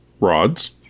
rods